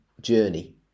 journey